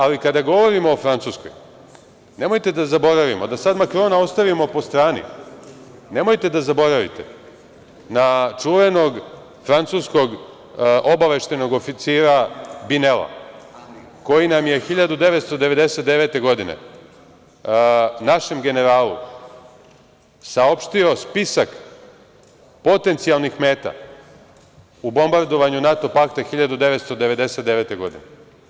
Ali, kada govorimo o Francuskoj, nemojte da zaboravimo da sad Makrona ostavimo po strani, nemojte da zaboravite na čuvenog francuskog obaveštajnog oficira Binela, koji nam je 1999. godine, našem generalu, saopštio spisak potencijalnih meta u bombardovanju NATO pakta 1999. godine.